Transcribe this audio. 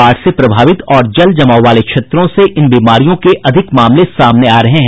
बाढ़ से प्रभावित और जल जमाव वाले क्षेत्रों से इन बीमारियों के ज्यादा मामले सामने आ रहे हैं